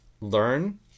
learn